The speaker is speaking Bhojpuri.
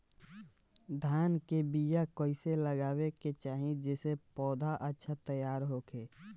धान के बीया कइसे लगावे के चाही जेसे पौधा अच्छा तैयार होखे?